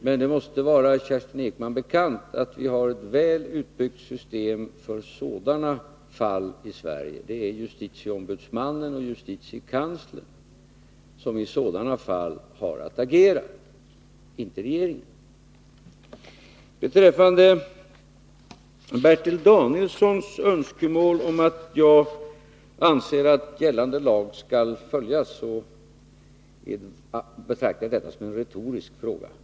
Men det måste vara Kerstin Ekman bekant att vi har ett väl utbyggt system för sådana fall i Sverige — det är justitieombudsmannen och justitiekanslern som i sådana fall har att agera, inte regeringen. Beträffande Bertil Danielssons fråga om jag anser att gällande lag skall följas vill jag säga att jag betraktar den som retorisk.